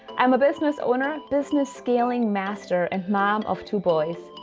i'm a business owner, business scaling master, and mom of two boys.